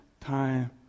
time